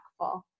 impactful